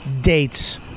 dates